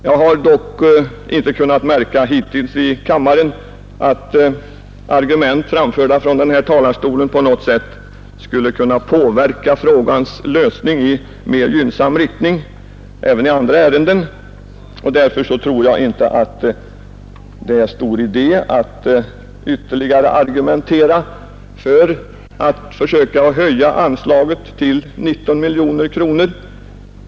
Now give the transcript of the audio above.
Jag har dock Nr 56 hittills inte i kammaren kunnat märka att argument framförda från denna Onsdagen den talarstol — inte heller i andra ärenden — på något sätt kunnat påverka 12 april 1972 frågans lösning i mer gynnsam riktning. Därför tror jag inte att det är stor |—]— dé att ytterligare argumentera för en höjning av anslaget till 19 miljoner Bidrag till ungdomskronor.